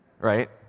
right